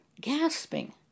Gasping